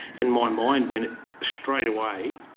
and my and mind went straight away.